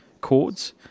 chords